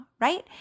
right